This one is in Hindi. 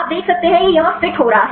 आप देख सकते हैं यह यहाँ फिट हो रहा है